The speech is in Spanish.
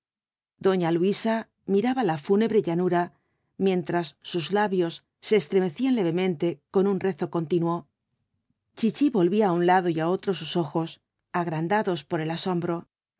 doña luisa miraba la fúnebre llanura mientras sus labios se estremecían levemente con un rezo continuo chichi volvía á un lado y á otro sus ojos agrandados por el asombro